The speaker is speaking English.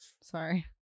sorry